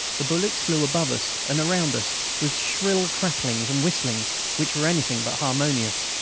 the bullets flew above us and around us, with shrill cracklings and whistlings which were anything but harmonious.